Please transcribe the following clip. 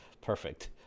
Perfect